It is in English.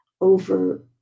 over